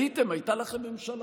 הייתה לכם ממשלה.